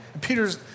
Peter's